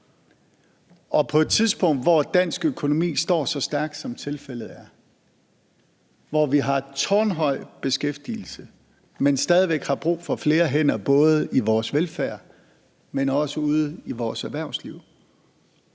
På et tidspunkt, hvor dansk økonomi står så stærkt, som tilfældet er, hvor vi har tårnhøj beskæftigelse, men stadig væk har brug for flere hænder både i vores velfærd, men også ude i vores erhvervsliv,